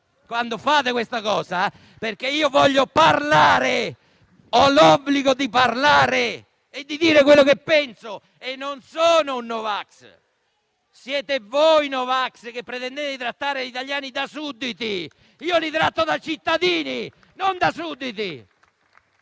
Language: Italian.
quando fate ciò, perché io voglio parlare, ho l'obbligo di parlare e di dire quello che penso e non sono un no vax. Siete voi no vax, che pretendete di trattare gli italiani da sudditi. Io li tratto da cittadini, non da sudditi.